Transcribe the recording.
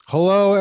Hello